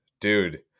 Dude